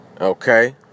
Okay